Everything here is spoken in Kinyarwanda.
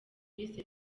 bise